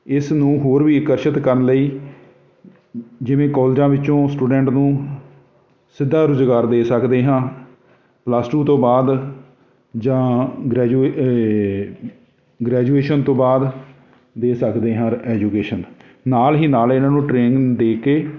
ਇਸ ਨੂੰ ਹੋਰ ਵੀ ਆਕਰਸ਼ਿਤ ਕਰਨ ਲਈ ਜਿਵੇਂ ਕਾਲਜਾਂ ਵਿੱਚੋਂ ਸਟੂਡੈਂਟ ਨੂੰ ਸਿੱਧਾ ਰੁਜ਼ਗਾਰ ਦੇ ਸਕਦੇ ਹਾਂ ਪਲੱਸ ਟੂ ਤੋਂ ਬਾਅਦ ਜਾਂ ਗਰੈਜੂ ਗਰੈਜੂਏਸ਼ਨ ਤੋਂ ਬਾਅਦ ਦੇ ਸਕਦੇ ਹਾਂ ਐਜੂਕੇਸ਼ਨ ਨਾਲ ਹੀ ਨਾਲ ਇਹਨਾਂ ਨੂੰ ਟ੍ਰੇਨਿੰਗ ਦੇ ਕੇ